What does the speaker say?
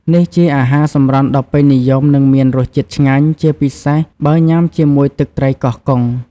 នេះជាអាហារសម្រន់ដ៏ពេញនិយម និងមានរសជាតិឆ្ងាញ់ ជាពិសេសបើញុាំជាមួយទឹកត្រីកោះកុង។